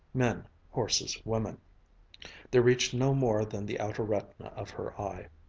men, horses, women they reached no more than the outer retina of her eye.